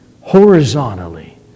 horizontally